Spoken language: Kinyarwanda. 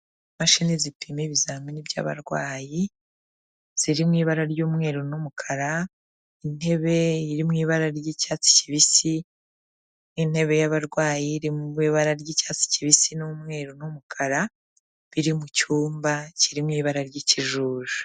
Imashini zipima ibizamini by'abarwayi, ziri mu ibara ry'umweru n'umukara, intebe iri mu ibara ry'icyatsi kibisi, n'intebe yabarwayi iri mu ibara ry'icyatsi kibisi n'umweru n'umukara, biri mu cyumba, kiri mu ibara ry'ikijuju.